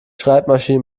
schreibmaschine